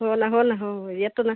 हो ना हो ना हो येतो ना